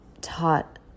taught